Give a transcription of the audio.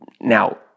Now